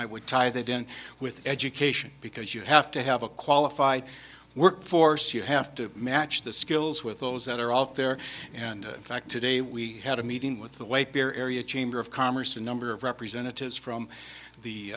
i would tie they didn't with education because you have to have a qualified workforce you have to match the skills with those that are out there and fact today we had a meeting with the white bear area chamber of commerce a number of representatives from the